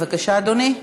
בבקשה, אדוני.